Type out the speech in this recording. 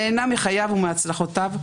נהנה מחייו ומהצלחותיו.